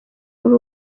muri